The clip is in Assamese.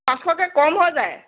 পাঁচশকৈ কম হৈ যায়